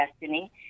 Destiny